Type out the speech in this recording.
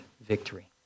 victory